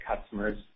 customers